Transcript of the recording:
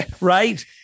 Right